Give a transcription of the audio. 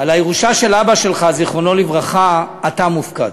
על הירושה של אבא שלך, זיכרונו לברכה, אתה מופקד.